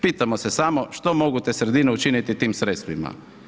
Pitamo se samo što mogu te sredine učiniti tim sredstvima.